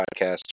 podcast